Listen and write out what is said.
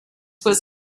was